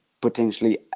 potentially